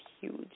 huge